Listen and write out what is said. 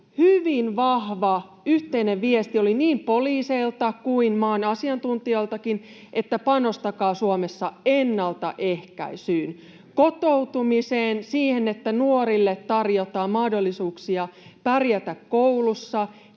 hyvin vahva yhteinen viesti oli niin poliiseilta kuin maan asiantuntijaltakin, että panostakaa Suomessa ennaltaehkäisyyn — kotoutumiseen, siihen, että nuorille tarjotaan mahdollisuuksia pärjätä koulussa,